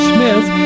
Smith